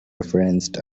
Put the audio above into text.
referenced